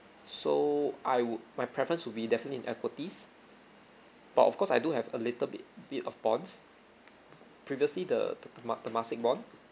so I would my preference would be definitely in equities but of course I do have a little bit bit of bonds previously the tema~ temasek bond